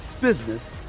business